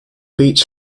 beach